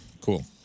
Cool